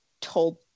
told